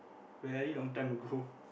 very long time ago